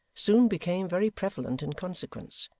soon became very prevalent in consequence.